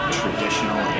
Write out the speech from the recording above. traditional